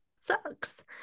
sucks